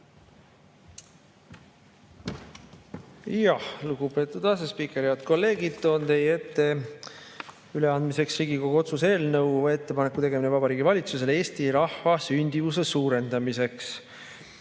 Lugupeetud asespiiker! Head kolleegid! Toon teie ette üleandmiseks Riigikogu otsuse "Ettepaneku tegemine Vabariigi Valitsusele eesti rahva sündivuse suurendamiseks"